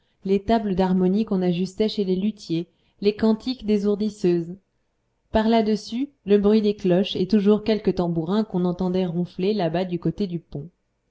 les tables d'harmonie qu'on ajustait chez les luthiers les cantiques des ourdisseuses par là-dessus le bruit des cloches et toujours quelques tambourins qu'on entendait ronfler là-bas du côté du pont